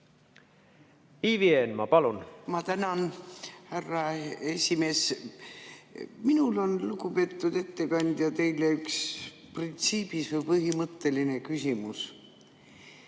Ivi Eenmaa, palun! Ma tänan, härra aseesimees! Minul on, lugupeetud ettekandja, teile üks printsiibi- või põhimõtteline küsimus.